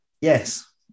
Yes